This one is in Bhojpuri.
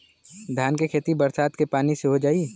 धान के खेती बरसात के पानी से हो जाई?